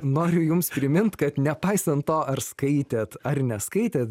noriu jums primint kad nepaisant to ar skaitėt ar neskaitėt